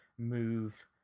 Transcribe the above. move